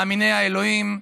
מאמיני האלוהים,